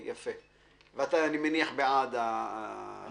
אני מניח שאתה בעד הצעת החוק.